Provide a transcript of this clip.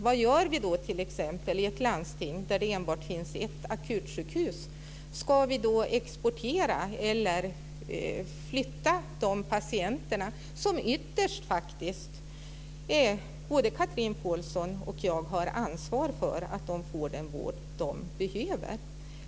Vad gör vi t.ex. i ett landsting där det finns enbart ett akutsjukhus? Ska vi då exportera eller flytta de patienterna? Ytterst är det faktiskt Chatrine Pålsson och jag som har ansvaret för att de får den vård de behöver.